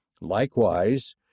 Likewise